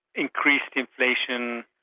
increased inflation,